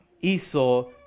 Esau